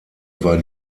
war